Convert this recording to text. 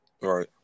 Right